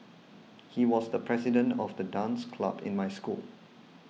he was the president of the dance club in my school